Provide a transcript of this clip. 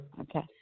Okay